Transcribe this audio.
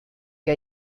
que